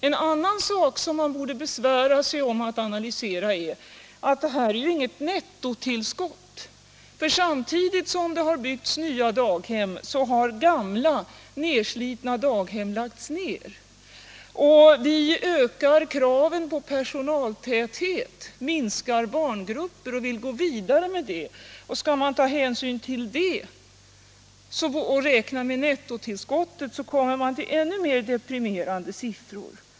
En annan sak som man borde besvära sig med att analysera är att det här inte är något nettotillskott. Samtidigt som det byggts nya daghem har gamla nedslitna daghem lagts ned. Och vi ökar kraven på personaltäthet, minskar barngrupper och vill gå vidare med det. Skall man ta hänsyn till detta och räkna med nettotillskottet, kommer man till ännu mer deprimerande siffror.